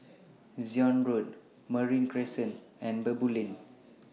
Zion Road Marine Crescent and Baboo Lane